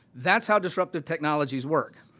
that is how disruptive technologies work.